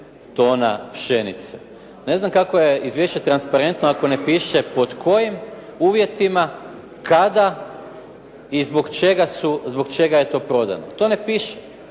Ne znam kako je izvješće transparentno ako ne piše pod kojim uvjetima, kada i zbog čega je to prodano. To ne piše.